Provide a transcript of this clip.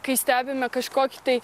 kai stebime kažkokį tai